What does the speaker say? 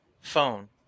phone